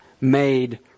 made